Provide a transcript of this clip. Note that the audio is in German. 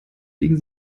biegen